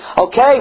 okay